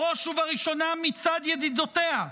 בראש ובראשונה מצד ידידותיה,